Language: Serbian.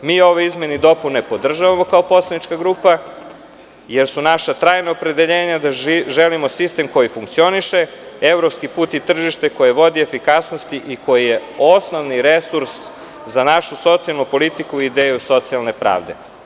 Podržavamo ove izmene i dopune kao poslanička grupa, jer su naša trajna opredeljenja da želimo sistem koji funkcioniše, evropski put i tržište koje vodi ka efikasnosti i koji je osnovni resurs za našu socijalnu politiku i ideju socijalne pravde.